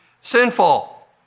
sinful